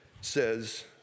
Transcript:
says